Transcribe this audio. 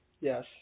Yes